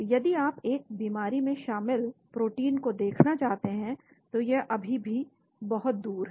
यदि आप एक बीमारी में शामिल प्रोटीन को देखना चाहते हैं तो यह अभी भी बहुत दूर है